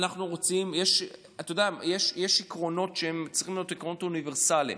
אתה יודע יש עקרונות שהם צריכים להיות עקרונות אוניברסליים.